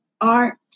art